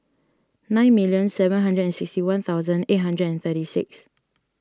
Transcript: nine million seven hundred and sixty one thousand eight hundred and thirty six